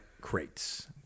crates